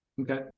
okay